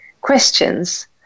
questions